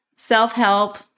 Self-help